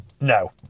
No